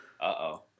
Uh-oh